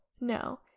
no